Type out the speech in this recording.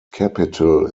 capital